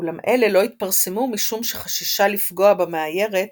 אולם אלה לא התפרסמו משום שחששה לפגוע במאיירת